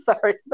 Sorry